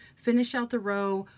finish out the row,